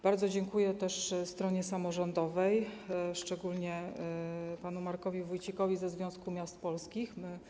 Bardzo dziękuję też stronie samorządowej, szczególnie panu Markowi Wójcikowi ze Związku Miast Polskich.